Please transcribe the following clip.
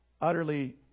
utterly